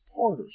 parters